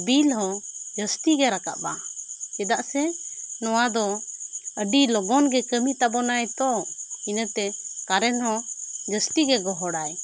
bill ᱦᱚᱸ ᱡᱟᱹᱥᱛᱤ ᱜᱮ ᱨᱟᱠᱟᱵ ᱟ ᱪᱮᱫᱟᱜ ᱥᱮ ᱱᱚᱶᱟ ᱫᱚ ᱟᱹᱰᱤ ᱞᱚᱜᱚᱱ ᱜᱮ ᱠᱟᱹᱢᱤ ᱛᱟᱵᱚᱱᱟᱭ ᱛᱚ ᱤᱱᱟᱹ ᱛᱮ ᱠᱟᱨᱮᱱᱴ ᱦᱚᱸ ᱡᱟᱹᱥᱛᱤ ᱜᱮ ᱜᱚᱦᱚᱲᱟᱭ